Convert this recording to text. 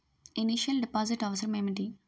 Initial deposit అవసరం ఏమిటి?